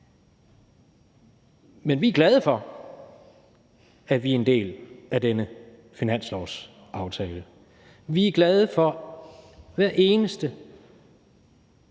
Men vi er glade for, at vi er en del af denne finanslovsaftale. Vi er glade for hver eneste